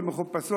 מחופשות,